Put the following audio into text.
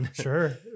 Sure